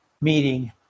meeting